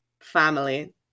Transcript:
Family